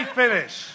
finish